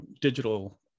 digital